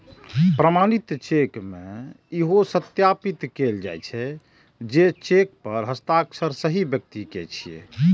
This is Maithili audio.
प्रमाणित चेक मे इहो सत्यापित कैल जाइ छै, जे चेक पर हस्ताक्षर सही व्यक्ति के छियै